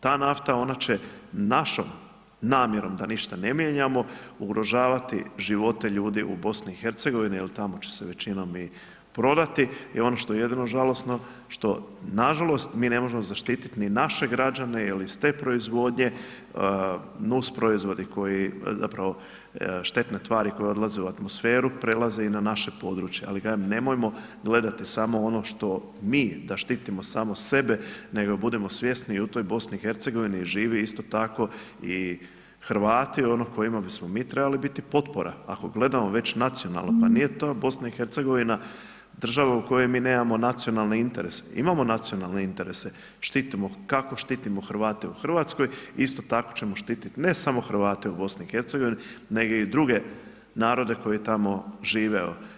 Ta nafta, ona će našom namjerom da ništa ne mijenjamo, ugrožavati živote ljudi u BiH jel tamo će se većinom i prodati i ono što je jedino žalosno što nažalost mi ne možemo zaštitit ni naše građane jel iz te proizvodnje, nus proizvodi koji, zapravo štetne tvari koje odlaze u atmosferu prelaze i na naše područje, ali kažem, nemojmo gledati samo ono što mi, da štitimo samo sebe, nego budimo svjesni i u toj BiH živi isto tako i Hrvati kojima bismo mi trebali biti potpora, ako gledamo već nacionalno, pa nije ta BiH država u kojoj mi nemamo nacionalne interese, imamo nacionalne interese, štitimo, kako štitimo Hrvate u RH, isto tako ćemo štitit ne samo Hrvate u BiH, nego i druge narode koji tamo žive.